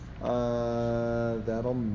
that'll